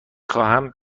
خواهم